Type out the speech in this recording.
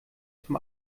zum